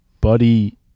buddy